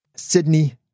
Sydney